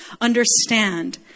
understand